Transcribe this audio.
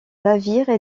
navires